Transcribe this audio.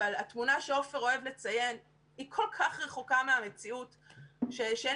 אבל התמונה שעופר אוהב לציין היא כל כך רחוקה מהמציאות שאין